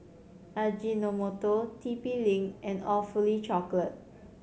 Ajinomoto T P Link and Awfully Chocolate